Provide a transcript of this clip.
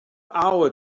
hour